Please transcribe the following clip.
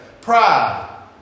Pride